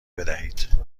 بدهید